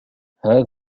هذا